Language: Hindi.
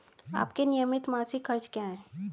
आपके नियमित मासिक खर्च क्या हैं?